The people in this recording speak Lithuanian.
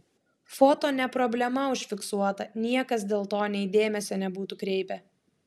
foto ne problema užfiksuota niekas dėl to nei dėmesio nebūtų kreipę